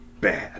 bad